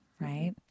right